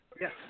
Yes